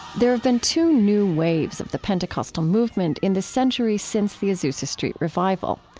there have been two new waves of the pentecostal movement in the century since the azusa street revival.